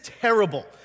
terrible